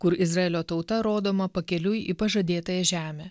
kur izraelio tauta rodoma pakeliui į pažadėtąją žemę